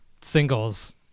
singles